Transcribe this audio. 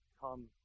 Come